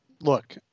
look